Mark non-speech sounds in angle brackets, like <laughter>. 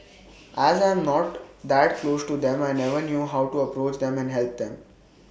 as I'm not that close to them I never knew how to approach them and help them <noise>